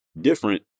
Different